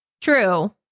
True